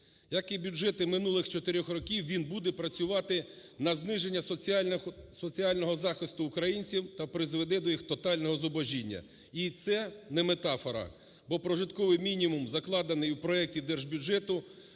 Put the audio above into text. Як і бюджети минулих чотирьох років він буде працювати на зниження соціального захисту українців та призведе до їх тотального зубожіння. І це не метафора, бо прожитковий мінімум закладений у проекті держбюджету